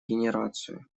генерацию